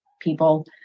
people